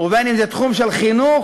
ובין שזה תחום של חינוך,